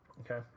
okay